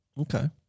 Okay